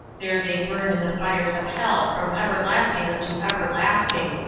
there they burn in the fires of hell from everlasting unto everlasting.